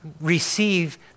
receive